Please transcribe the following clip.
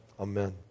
Amen